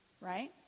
right